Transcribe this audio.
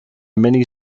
many